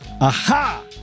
Aha